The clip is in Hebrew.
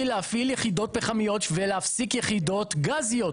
להפעיל יחידות פחמיות ולהפסיק יחידות גזיות?